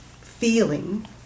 feeling